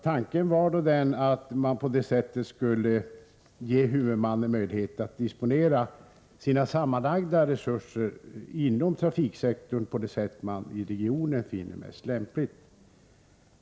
Tanken var att man på det sättet skulle ge huvudmannen möjlighet att disponera sina sammanlagda resurser inom trafiksektorn på det sätt man i regionen finner mest lämpligt.